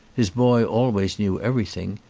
his boy always knew everything,